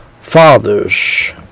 fathers